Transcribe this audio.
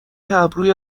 ابروی